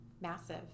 massive